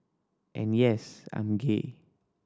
and yes I'm gay